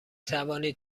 توانید